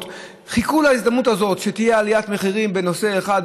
חיכו להזדמנות הזאת שתהיה עליית מחירים בנושא אחד,